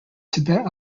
tibet